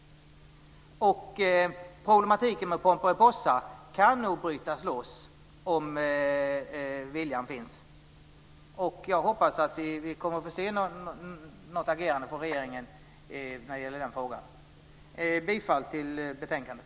Problematiken med pomperipossa kan nog brytas loss om viljan finns. Jag hoppas att vi kommer att få se något agerande från regeringen i den frågan. Jag yrkar bifall till förslaget i betänkandet.